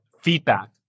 feedback